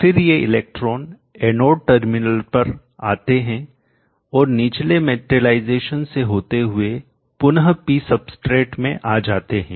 फिर ये electron anode terminal पर आते हैं और निचले मेटलाइजेशन से होते हुए पुनः पी सबस्ट्रेट में आ जाते हैं